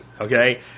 Okay